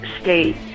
state